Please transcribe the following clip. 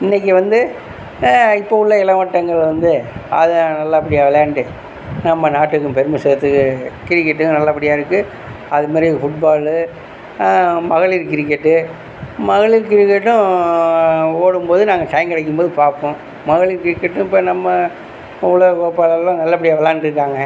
இன்றைக்கி வந்து இப்போ உள்ள இளவட்டங்கள் வந்து அதை நல்லபடியாக விளையாண்டு நம்ப நாட்டுக்கும் பெருமை சேர்த்து கிரிக்கெட்டும் நல்லபடியாக இருக்குது அதுமாதிரி ஃபுட்பால் மகளிர் கிரிக்கெட் மகளிர் கிரிக்கெட்டும் ஓடும்போது நாங்கள் டைம் கிடைக்கும்போது பார்ப்போம் மகளிர் கிரிக்கெட்டும் இப்போ நம்ம உலக கோப்பைலயும் நல்லபடியாக விளையாண்டுருக்காங்க